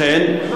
אכן,